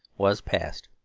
was passed.